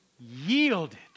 yielded